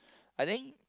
I think